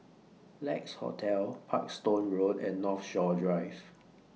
Lex Hotel Parkstone Road and Northshore Drive